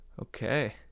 okay